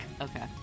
Okay